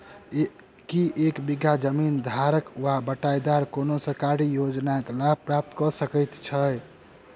की एक बीघा जमीन धारक वा बटाईदार कोनों सरकारी योजनाक लाभ प्राप्त कऽ सकैत छैक?